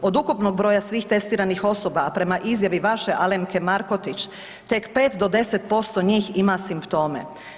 Od ukupnog broja svih testiranih osoba, a prema izjavi vaše Alemke Markotić, tek 5 do 10% njih ima simptome.